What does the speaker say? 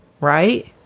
right